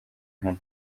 hano